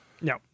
No